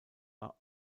are